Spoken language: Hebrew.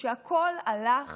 כשהכול הלך